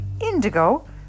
Indigo